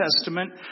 Testament